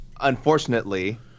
unfortunately